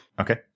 Okay